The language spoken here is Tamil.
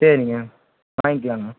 சரிங்க வாங்கிக்கலாம்ங்க